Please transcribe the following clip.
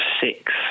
six